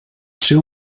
ser